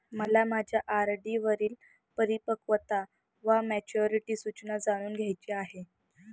मला माझ्या आर.डी वरील परिपक्वता वा मॅच्युरिटी सूचना जाणून घ्यायची आहे